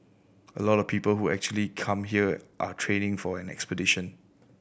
a lot of people who actually come here are training for an expedition